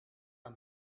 aan